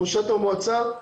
ראשת המועצה.